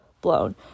blown